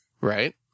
Right